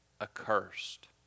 accursed